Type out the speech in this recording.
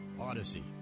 Odyssey